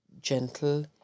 gentle